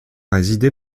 résidé